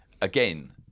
Again